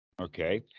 okay